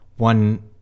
One